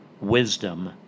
wisdom